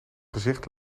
gezicht